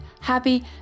happy